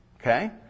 Okay